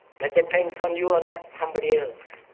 that depends on you and not somebody else.